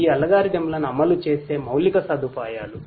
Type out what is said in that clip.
ఈ అల్గోరిథంలను అమలు చేసే మౌలిక సదుపాయాలు